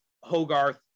Hogarth